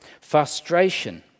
frustration